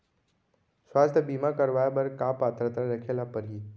स्वास्थ्य बीमा करवाय बर का पात्रता रखे ल परही?